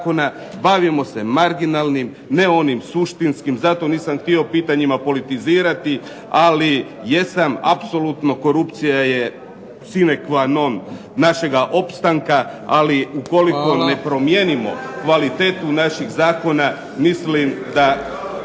bavimo se marginalnim, ne onim suštinskim. Zato nisam htio pitanjima politizirati, ali jesam apsolutno, korupcija je sine qua non našega opstanka. Ali ukoliko ne promijenimo kvalitetu naših zakona, mislim da